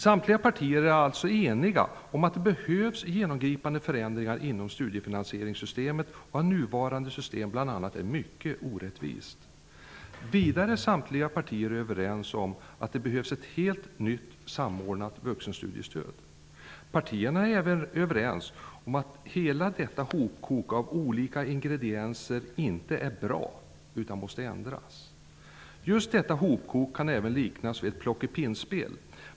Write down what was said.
Samtliga partier är alltså eniga om att det behövs genomgripande förändringar inom studiefinansieringssystemet och att nuvarande system bl.a. är mycket orättvist. Vidare är samtliga partier överens om att det behövs ett helt nytt samordnat vuxenstudiestöd. Partierna är även överens om att hela detta hopkok av olika ingredienser inte är bra utan måste ändras. Just detta hopkok kan även liknas vid ett plockepinnspel.